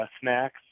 snacks